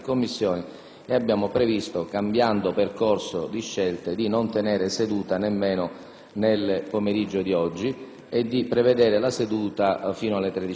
abbiamo preferito, cambiando percorso di scelte, di non tenere seduta nemmeno nel pomeriggio di oggi e di prevedere la seduta antimeridiana